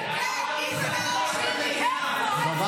חוק המתנות, חוק